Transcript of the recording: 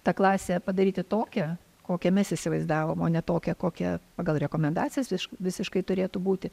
tą klasę padaryti tokią kokią mes įsivaizdavom o ne tokią kokią pagal rekomendacijas visiškai turėtų būti